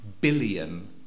billion